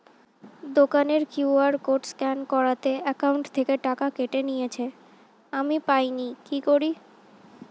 দোকানের QR code scan করাতে account থেকে টাকা কেটে নিয়েছে, আমি পাইনি কি করি?